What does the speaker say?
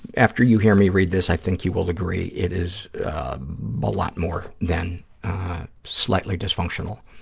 after you hear me read this, i think you will agree it is a lot more than slightly dysfunctional.